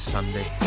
Sunday